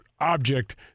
object